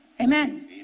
Amen